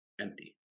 empty